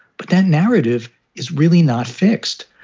but that narrative is really not fixed.